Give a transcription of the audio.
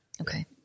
Okay